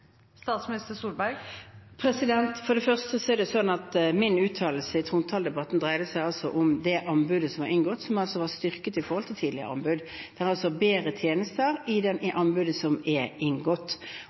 For det første er det sånn at min uttalelse i trontaledebatten dreide seg om det anbudet som var inngått, som var styrket i forhold til tidligere anbud. Det var altså bedre tjenester i anbudet som er inngått. I